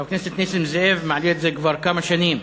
חבר הכנסת נסים זאב מעלה את זה כבר כמה שנים.